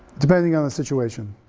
depending on the situation,